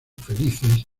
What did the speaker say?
felices